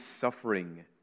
suffering